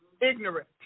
ignorant